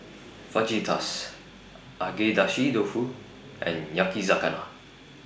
Fajitas Agedashi Dofu and Yakizakana